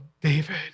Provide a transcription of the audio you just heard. David